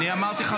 אני מבקש.